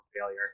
failure